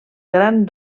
gran